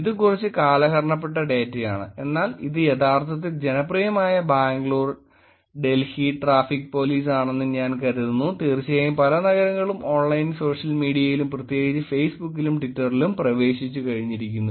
ഇത് കുറച്ച് കാലഹരണപ്പെട്ട ഡേറ്റയാണ് എന്നാൽ ഇത് യഥാർത്ഥത്തിൽ ജനപ്രിയമായ ബാംഗ്ലൂർ ഡൽഹി ട്രാഫിക് പോലീസ് ആണെന്ന് ഞാൻ കരുതുന്നു തീർച്ചയായും പല നഗരങ്ങളും ഓൺലൈൻ സോഷ്യൽ മീഡിയയിലും പ്രത്യേകിച്ച് ഫേസ്ബുക്കിലും ട്വിറ്ററിലും പ്രവേശിച്ച് കഴിഞ്ഞിരിക്കുന്നു